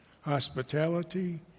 hospitality